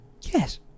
yes